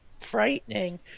Frightening